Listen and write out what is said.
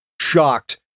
shocked